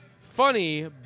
Funny